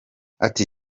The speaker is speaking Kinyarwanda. ati